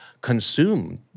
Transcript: consume